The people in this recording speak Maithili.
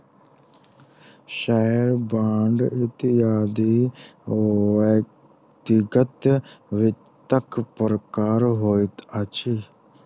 शेयर, बांड इत्यादि व्यक्तिगत वित्तक प्रकार होइत अछि